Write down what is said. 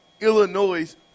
Illinois